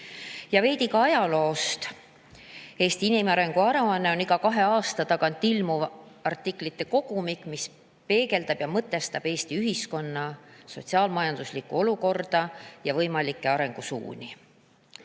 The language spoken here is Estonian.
heaolu. Veidi ka ajaloost. "Eesti inimarengu aruanne" on iga kahe aasta tagant ilmuv artiklite kogumik, mis peegeldab ja mõtestab Eesti ühiskonna sotsiaal-majanduslikku olukorda ja võimalikke arengusuundi.